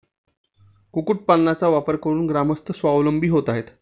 कुक्कुटपालन करून ग्रामस्थ स्वावलंबी होत आहेत